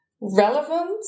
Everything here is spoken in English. relevant